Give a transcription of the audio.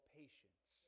patience